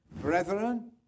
Brethren